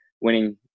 winning